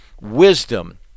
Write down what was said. wisdom